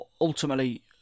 ultimately